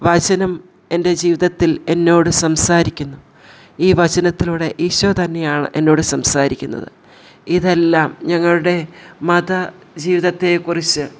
വചനം എൻ്റെ ജീവിതത്തിൽ എന്നോട് സംസാരിക്കുന്നു ഈ വചനത്തിലൂടെ ഈശോ തന്നെയാണ് എന്നോട് സംസാരിക്കുന്നത് ഇതെല്ലാം ഞങ്ങളുടെ മത ജീവിതത്തെക്കുറിച്ച്